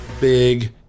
big